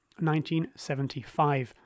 1975